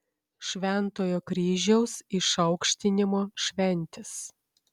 šventojo kryžiaus išaukštinimo šventės